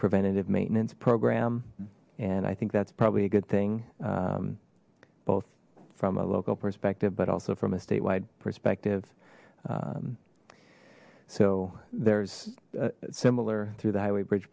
preventive maintenance program and i think that's probably a good thing both from a local perspective but also from a statewide perspective so there's a similar through the highway bridge